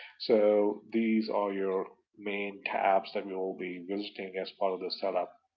so these are your main tabs that we will be visiting as part of the setup.